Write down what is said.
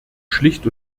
schlicht